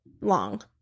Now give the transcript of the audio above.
long